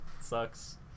sucks